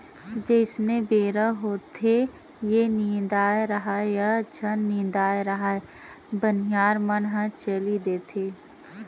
जइसने बेरा होथेये निदाए राहय या झन निदाय राहय बनिहार मन ह चली देथे